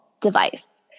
device